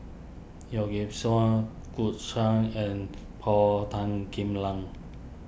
Yeoh Ghim Seng Gu Juan and Paul Tan Kim Liang